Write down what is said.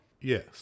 Yes